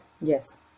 Yes